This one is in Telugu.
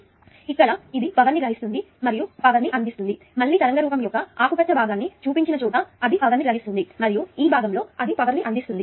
కాబట్టి ఇక్కడ ఇది ఇక్కడ పవర్ ని గ్రహిస్తుంది ఇది పవర్ ని అందిస్తుంది మరియు ఇక్కడ మళ్ళీ తరంగ రూపం యొక్క ఆకుపచ్చ భాగాన్ని చూపించిన చోట అది పవర్ ని గ్రహిస్తుంది మరియు ఈ భాగంలో అది పవర్ ని అందిస్తుంది